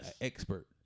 expert